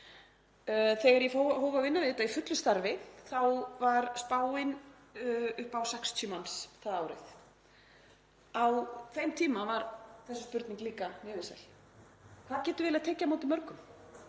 Þegar ég hóf að vinna við þetta í fullu starfi var spáin upp á 60 manns það árið. Á þeim tíma var þessi spurning líka mjög vinsæl: Hvað getum við eiginlega tekið á móti mörgum?